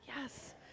yes